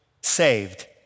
saved